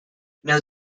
note